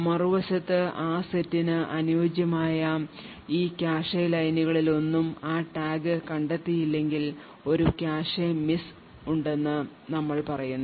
മറുവശത്ത് ആ സെറ്റിന് അനുയോജ്യമായ ഈ കാഷെ ലൈനുകളിലൊന്നും ആ ടാഗ് കണ്ടെത്തിയില്ലെങ്കിൽ ഒരു കാഷെ മിസ് ഉണ്ടെന്ന് ഞങ്ങൾ പറയുന്നു